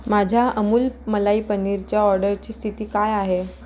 माझ्या अमूल मलाई पनीरच्या ऑर्डरची स्थिती काय आहे